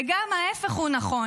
וגם ההפך הוא נכון.